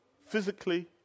physically